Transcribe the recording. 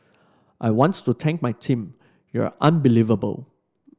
I wants to take my team you're unbelievable